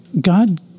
God